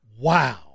Wow